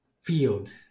field